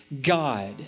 God